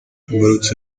imbarutso